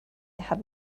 had